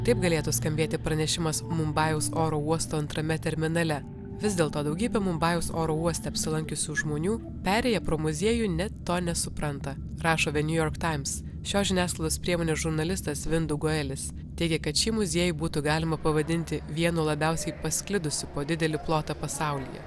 taip galėtų skambėti pranešimas mumbajaus oro uosto antrame terminale vis dėlto daugybė mumbajaus oro uoste apsilankiusių žmonių perėję pro muziejų net to nesupranta rašo the new york times šios žiniasklaidos priemonės žurnalistas vin duguelis teigia kad šį muziejų būtų galima pavadinti vienu labiausiai pasklidusių po didelį plotą pasaulyje